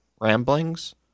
ramblings